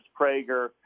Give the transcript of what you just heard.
Prager